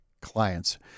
clients